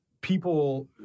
People